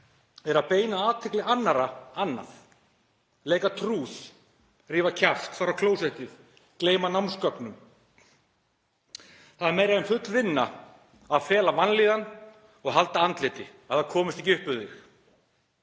er að beina athygli annarra annað. Leika trúð, rífa kjaft, fara á klósettið, gleyma námsgögnum. Það er meira en full vinna að fela vanlíðan og halda andliti, að það komist ekki upp um þig.